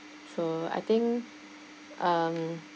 so I think um